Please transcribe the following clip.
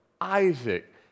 Isaac